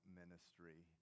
ministry